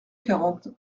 quarante